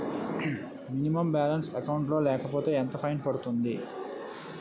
Minimum balance account లో లేకపోతే ఎంత ఫైన్ పడుతుంది?